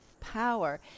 power